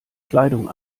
kleidung